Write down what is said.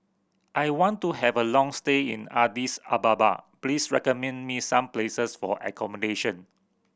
I want to have a long stay in Addis Ababa please recommend me some places for accommodation